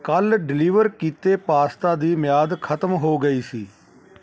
ਕੱਲ੍ਹ ਡਿਲੀਵਰ ਕੀਤੇ ਪਾਸਤਾ ਦੀ ਮਿਆਦ ਖਤਮ ਹੋ ਗਈ ਸੀ